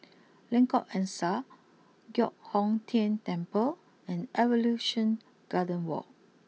Lengkok Angsa Giok Hong Tian Temple and Evolution Garden walk